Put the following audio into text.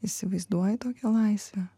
įsivaizduoji tokią laisvę